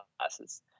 classes